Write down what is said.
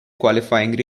qualifying